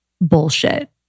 bullshit